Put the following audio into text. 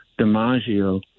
DiMaggio